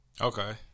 Okay